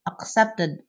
accepted